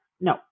No